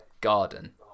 garden